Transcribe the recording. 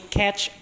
catch